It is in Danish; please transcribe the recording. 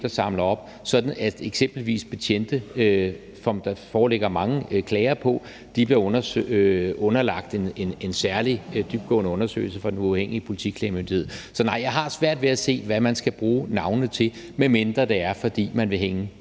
der samler op på det, sådan at de betjente, som der eksempelvis foreligger mange klager på, bliver underlagt en særlig dybtgående undersøgelse fra Den Uafhængige Politiklagemyndigheds side. Så nej, jeg har svært ved at se, hvad man skal bruge navnene til, medmindre det er, fordi man vil hænge